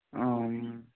ᱚᱻ